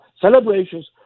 celebrations